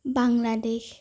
Bangladesh